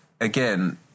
again